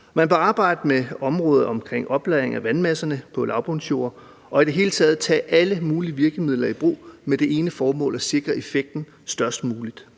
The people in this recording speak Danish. Man bør arbejde med området omkring oplagring af vandmasserne på lavbundsjorder og i det hele taget tage alle mulige virkemidler i brug med det ene formål at sikre, at effekten er størst mulig.